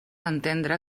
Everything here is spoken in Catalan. entendre